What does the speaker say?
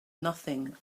nothing